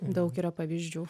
daug yra pavyzdžių